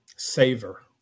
Savor